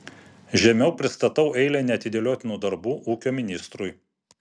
žemiau pristatau eilę neatidėliotinų darbų ūkio ministrui